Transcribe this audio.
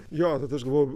jo tada aš galvojau